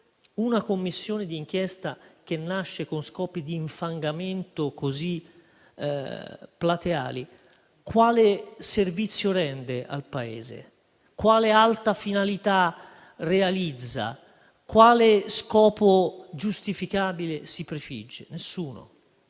una Commissione di inchiesta che nasce con scopi di infangamento così plateali quale servizio rende al Paese? Quale alta finalità realizza? Quale scopo giustificabile si prefigge? Nessuno.